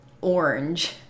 orange